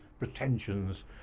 pretensions